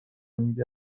میده